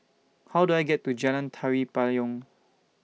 How Do I get to Jalan Tari Payong